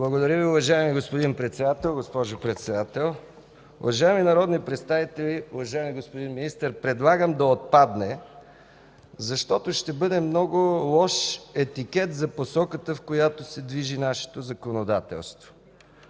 заседанието се сменят.) Госпожо Председател, уважаеми народни представители, уважаеми господин Министър! Предлагам да отпадне, защото ще бъде много лош етикет за посоката, в която се движи нашето законодателство.